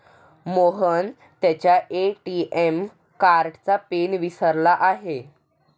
मोहन त्याच्या ए.टी.एम कार्डचा पिन विसरला आहे